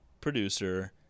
producer